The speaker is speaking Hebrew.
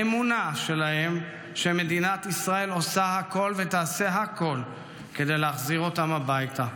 האמונה שלהם שמדינת ישראל עושה הכול ותעשה הכול כדי להחזיר אותם הביתה.